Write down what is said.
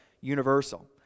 universal